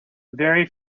very